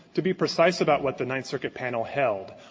to be precise about what the ninth circuit panel held,